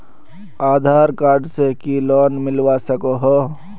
आधार card से की loan मिलवा सकोहो?